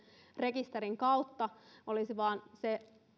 rekisterin kautta olisi vain koodattavissa se